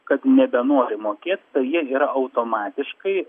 kad nebenori mokėt tai jie yra automatiškai